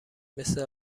مثل